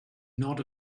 not